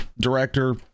director